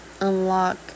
unlock